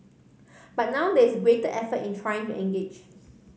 but now there is greater effort in trying to engage